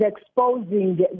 exposing